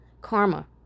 karma